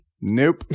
Nope